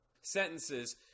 sentences